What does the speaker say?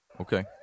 Okay